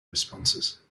responses